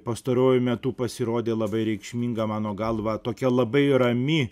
pastaruoju metu pasirodė labai reikšminga mano galva tokia labai rami